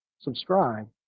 Subscribe